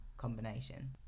combination